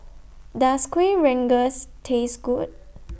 Does Kueh Rengas Taste Good